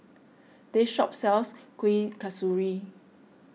this shop sells Kuih Kasturi